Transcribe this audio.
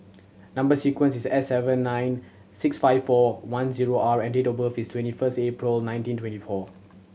number sequence is S seven nine six five four one zero R and date of birth is twenty first April nineteen twenty four